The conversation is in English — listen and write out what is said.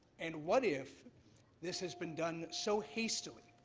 and what if this has been done so hastily,